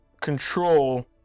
control